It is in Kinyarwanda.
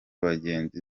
bagenzi